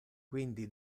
quindi